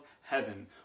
heaven